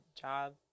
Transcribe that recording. job